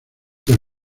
del